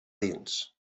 dins